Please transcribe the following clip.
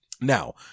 Now